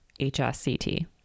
HSCT